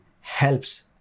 helps